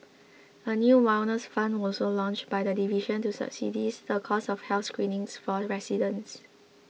a new wellness fund was also launched by the division to subsidise the cost of health screenings for residents